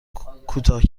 کوتاه